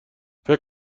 فکر